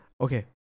Okay